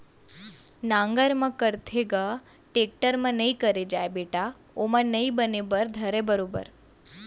नांगर म करथे ग, टेक्टर म नइ करे जाय बेटा ओमा नइ बने बर धरय बरोबर